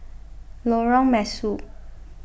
Lorong Mesu